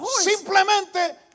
Simplemente